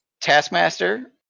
Taskmaster